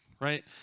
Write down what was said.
right